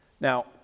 Now